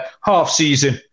half-season